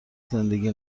زندگی